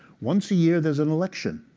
once a year, there's an election.